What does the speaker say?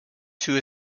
two